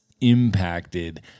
impacted